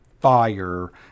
fire